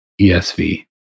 ESV